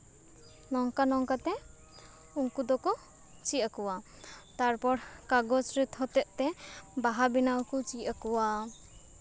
ᱱᱚᱝᱠᱟ ᱱᱚᱝᱠᱟᱛᱮ ᱩᱱᱠᱩ ᱫᱚᱠᱚ ᱪᱮᱫ ᱟᱠᱚᱣᱟ ᱛᱟᱨᱯᱚᱨ ᱠᱟᱜᱚᱡᱽ ᱨᱮᱫ ᱦᱚᱛᱮᱫ ᱛᱮ ᱵᱟᱦᱟ ᱵᱮᱱᱟᱣ ᱠᱚ ᱪᱮᱫ ᱟᱠᱚᱣᱟ